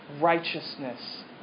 righteousness